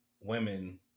women